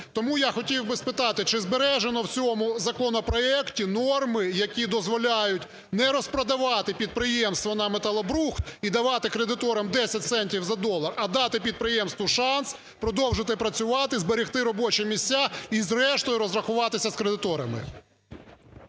Тому я хотів би спитати, чи збережено в цьому законопроекті норми, які дозволяють не розпродавати підприємство на металобрухт і давати кредиторам 10 центів за долар, а дати підприємству шанс продовжити працювати, зберегти робочі місця і зрештою розрахуватися з кредиторами?